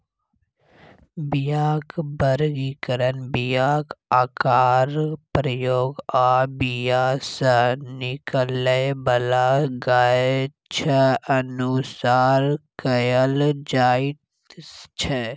बीयाक बर्गीकरण बीयाक आकार, प्रयोग आ बीया सँ निकलै बला गाछ अनुसार कएल जाइत छै